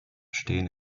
stehen